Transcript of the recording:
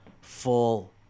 full